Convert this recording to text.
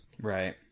Right